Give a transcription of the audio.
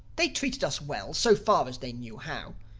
they treated us well, so far as they knew how.